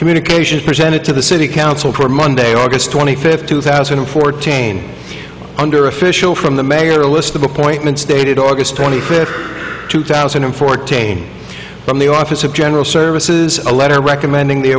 communications presented to the city council for monday august twenty fifth two thousand and fourteen under official from the mayor list of appointments dated august twenty fifth two thousand and fourteen from the office of general services a letter recommending the